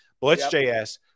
Blitz.js